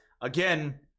again